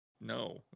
No